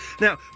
Now